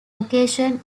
location